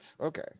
Okay